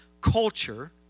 culture